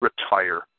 retire